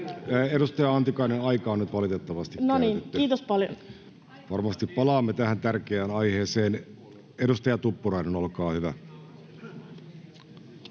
Edustaja Antikainen, aika on nyt valitettavasti käytetty. Varmasti palaamme tähän tärkeään aiheeseen. — Edustaja Tuppurainen, olkaa hyvä.